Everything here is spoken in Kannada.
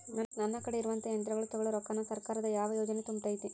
ನನ್ ಕಡೆ ಇರುವಂಥಾ ಯಂತ್ರಗಳ ತೊಗೊಳು ರೊಕ್ಕಾನ್ ಸರ್ಕಾರದ ಯಾವ ಯೋಜನೆ ತುಂಬತೈತಿ?